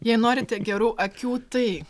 jei norite gerų akių tai